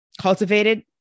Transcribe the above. cultivated